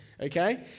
Okay